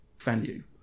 value